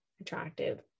attractive